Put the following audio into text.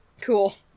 Cool